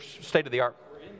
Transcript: state-of-the-art